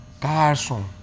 Carson